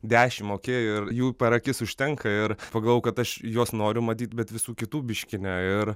dešimt okey ir jų per akis užtenka ir pagalvojau kad aš juos noriu matyt bet visų kitų biškį ne ir